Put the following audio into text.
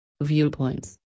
Viewpoints